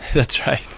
that's right.